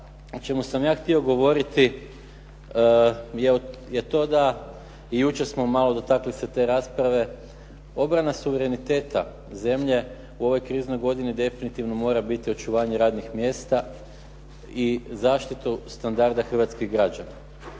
čemu sam ja htio govoriti je to da i jučer smo malo dotakli se te rasprave, obrana suvereniteta zemlje u ovoj kriznoj godini definitivno mora biti očuvanje radnih mjesta i zaštitu standarda hrvatskih građana.